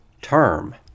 term